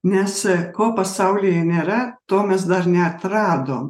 nes ko pasaulyje nėra to mes dar neatradom